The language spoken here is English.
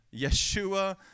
Yeshua